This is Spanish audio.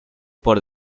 por